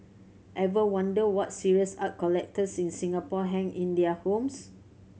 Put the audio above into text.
ever wondered what serious art collectors in Singapore hang in their homes